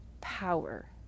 power